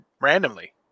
randomly